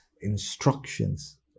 Instructions